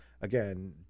again